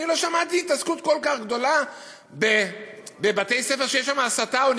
אני לא שמעתי התעסקות כל כך גדולה בבתי-ספר שיש בהם הסתה,